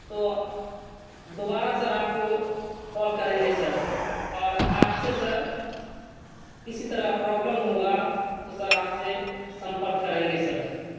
تو دوبارہ سر آپ کو کال کریں گے سر اور آپ سے سر کسی طرح کا پرابلم ہوگا تو سر آپ سے سمپرک کریں گے سر